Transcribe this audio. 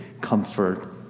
comfort